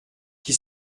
qui